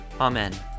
Amen